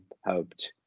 helped